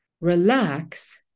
relax